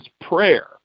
prayer